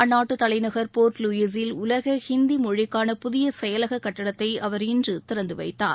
அந்நாட்டு தலைநகர் போர்ட்லூயிசில் உலக ஹிந்தி மொழிக்கான புதிய செயலக கட்டிடத்தை அவர் இன்று திறந்து வைத்தார்